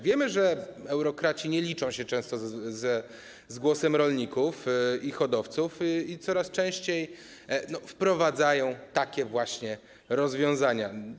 Wiemy, że eurokraci nie liczą się często z głosem rolników i hodowców i coraz częściej wprowadzają takie właśnie rozwiązania.